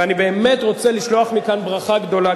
ואני באמת רוצה לשלוח מכאן ברכה גדולה,